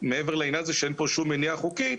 מעבר לעניין הזה שאין פה שום מניעה חוקית,